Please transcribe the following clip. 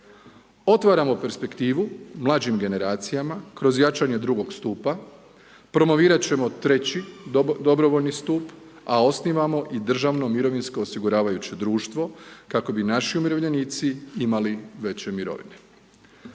Otvaramo perspektivu mlađim generacijama kroz jačanje drugog stupa, promovirati ćemo treći dobrovoljni stup a osnivamo i državno mirovinsko osiguravajuće društvo kako bi naši umirovljenici imali veće mirovine.